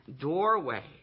doorway